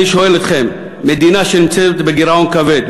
אני שואל אתכם: מדינה שניצבת בגירעון כבד,